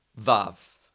vav